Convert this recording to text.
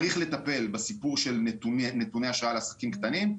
צריך לטפל בסיפור של נתוני אשראי לעסקים קטנים,